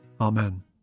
Amen